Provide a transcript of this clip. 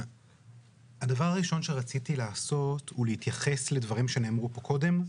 הדבר הראשון שרציתי לעשות הוא להתייחס לדברים שנאמרו פה קודם.